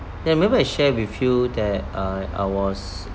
ya remember I share with you that uh I was